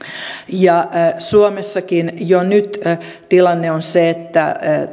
suomessakin jo nyt tilanne on se että